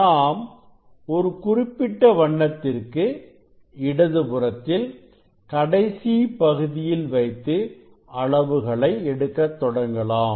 நாம் ஒரு குறிப்பிட்ட வண்ணத்திற்கு இடது புறத்தில் கடைசி பகுதியில் வைத்து அளவுகளை எடுக்க தொடங்கலாம்